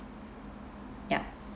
yup